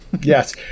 Yes